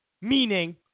meaning